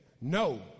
No